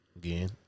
Again